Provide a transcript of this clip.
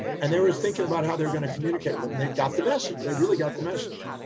and they were thinking about how they're going to communicate with them. and they got the message. they really got the message.